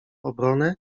obronę